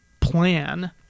plan